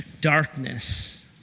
darkness